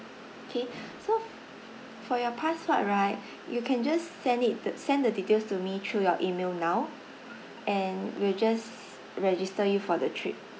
K so for your passport right you can just send it to send the details to me through your email now and we'll just register you for the trip